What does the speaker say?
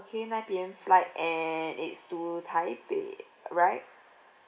okay nine P_M flight and it's to taipei right